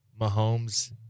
Mahomes